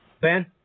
Ben